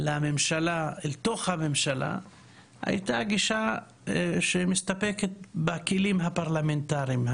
אל תוך הממשלה היתה גישה שמסתפקת בכלים הפרלמנטריים.